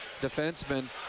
defenseman